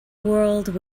world